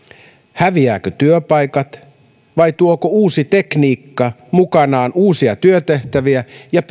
häviävätkö työpaikat vai tuoko uusi tekniikka mukanaan uusia työtehtäviä ja